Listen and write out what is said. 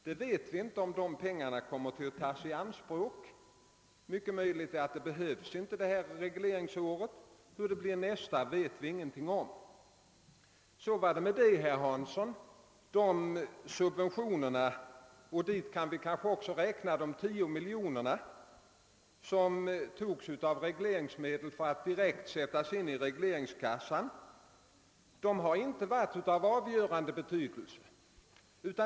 Vi vet inte om dessa pengar kommer att tagas i anspråk. Det är möjligt att det inte behövs under detta regleringsår, och hur det blir nästa år vet vi ingenting om. Så var det med det, herr Hansson! Dessa subventioner — och dit kan vi kanske också räkna de 10 miljoner kronor som tagits av statsmedel för att direkt sättas in i regleringskassan — har inte varit av avgörande betydelse.